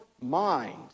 mind